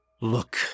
Look